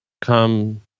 come